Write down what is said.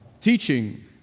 teaching